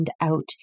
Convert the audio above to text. out